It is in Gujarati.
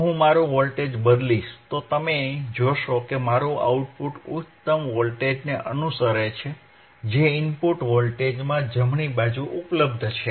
જો હું મારું વોલ્ટેજ બદલીશ તો તમે જોશો કે મારું આઉટપુટ ઉચ્ચતમ વોલ્ટેજને અનુસરે છે જે ઇનપુટ સિગ્નલમાં જમણે ઉપલબ્ધ છે